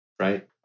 Right